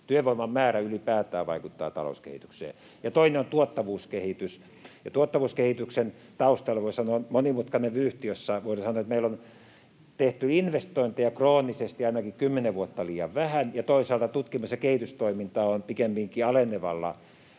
työvoiman määrä ylipäätään vaikuttaa talouskehitykseen — ja toinen on tuottavuuskehitys. Ja tuottavuuskehityksen taustalla on, voi sanoa, monimutkainen vyyhti. Meillä on tehty investointeja kroonisesti ainakin 10 vuotta liian vähän, ja toisaalta tutkimus‑ ja kehitystoiminta on pikemminkin alenevalla